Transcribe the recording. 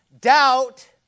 doubt